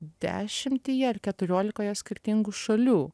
dešimtyje ar keturiolikoje skirtingų šalių